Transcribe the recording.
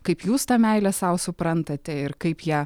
kaip jūs tą meilę sau suprantate ir kaip ją